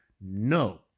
No